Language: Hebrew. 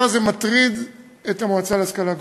הזה מטריד את המועצה להשכלה גבוהה.